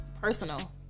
personal